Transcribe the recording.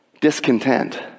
Discontent